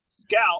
scout